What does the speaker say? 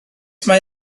mae